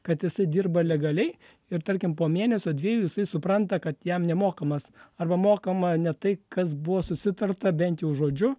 kad jisai dirba legaliai ir tarkim po mėnesio dviejų jisai supranta kad jam nemokamas arba mokama ne tai kas buvo susitarta bent jau žodžiu